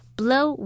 blow